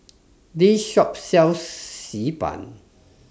This Shop sells Xi Ban